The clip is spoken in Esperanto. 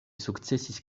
sukcesis